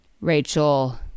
Rachel